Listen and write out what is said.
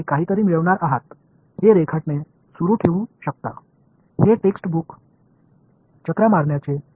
இதை நீங்கள் தொடர்ந்து வரைந்து இது போன்ற ஒன்றைத் நீங்கள் பெறப் போகிறீர்கள் இது ஒரு சுழற்சி சம்பந்தப்பட்ட பாடநூல் எடுத்துக்காட்டு